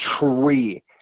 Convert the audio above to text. tree